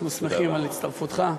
אנחנו שמחים על הצטרפותך.